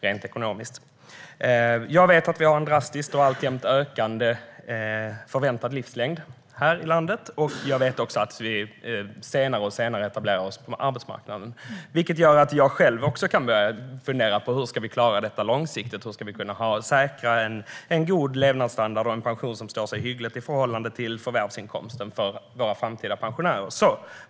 Den förväntade livslängden ökar alltjämt, och vi etablerar oss allt senare på arbetsmarknaden. Det gör att jag själv har börjat fundera på hur vi ska klara detta långsiktigt och kunna säkra en god levnadsstandard och en pension som står sig hyggligt i förhållande till förvärvsinkomsten för våra framtida pensionärer.